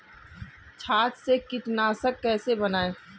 छाछ से कीटनाशक कैसे बनाएँ?